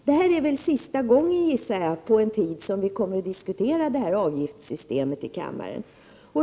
Jag gissar att detta är sista gången på en tid som vi kommer att diskutera detta avgiftssystem i kammaren.